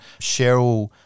Cheryl